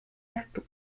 artù